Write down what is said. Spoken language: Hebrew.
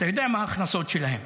אתה יודע מה ההכנסות שלהן.